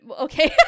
Okay